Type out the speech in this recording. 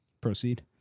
proceed